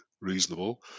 reasonable